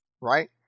Right